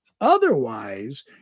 Otherwise